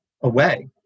away